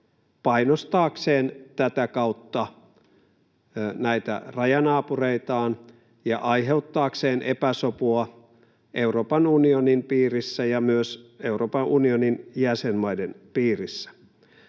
painostaakseen tätä kautta näitä rajanaapureitaan ja aiheuttaakseen epäsopua Euroopan unionin piirissä ja myös Euroopan unionin jäsenmaiden piirissä.